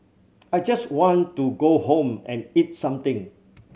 I just want to go home and eat something